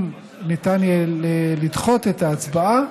אם ניתן יהיה לדחות את ההצבעה,